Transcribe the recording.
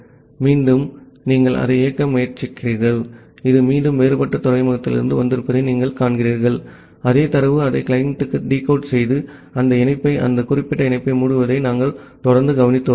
மீண்டும் நீங்கள் அதை இயக்க முடியும் இது மீண்டும் வேறுபட்ட துறைமுகத்திலிருந்து வந்திருப்பதை நீங்கள் காண்கிறீர்கள் அதே தரவு அதை கிளையண்ட்டுக்கு டிகோட் செய்து அந்த இணைப்பை அந்த குறிப்பிட்ட இணைப்பை மூடுவதை நாங்கள் தொடர்ந்து கவனித்து வருகிறோம்